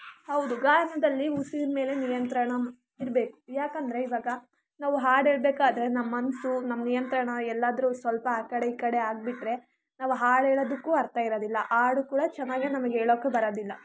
ಹೌದು ಗಾಯನದಲ್ಲಿ ಉಸಿರ ಮೇಲೆ ನಿಯಂತ್ರಣ ಇರಬೇಕು ಯಾಕೆಂದ್ರೆ ಇವಾಗ ನಾವು ಹಾಡು ಹೇಳ್ಬೇಕಾದರೆ ನಮ್ಮ ಮನಸ್ಸು ನಮ್ಮ ನಿಯಂತ್ರಣ ಎಲ್ಲಾದ್ರೂ ಸ್ವಲ್ಪ ಆ ಕಡೆ ಈ ಕಡೆ ಆಗ್ಬಿಟ್ರೆ ನಾವು ಹಾಡು ಹೇಳೋದಕ್ಕೂ ಅರ್ಥ ಇರೋದಿಲ್ಲ ಹಾಡು ಕೂಡ ಚೆನ್ನಾಗೆ ನಮಗೆ ಹೇಳೋಕ್ಕೆ ಬರೋದಿಲ್ಲ